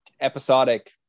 episodic